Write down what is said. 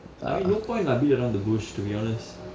I mean no point lah beat around the bush to be honest